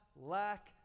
lack